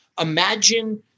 Imagine